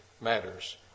matters